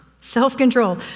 Self-control